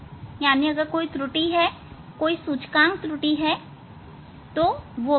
अर्थात यदि कोई सूचकांक त्रुटि है इस तरह लिख ले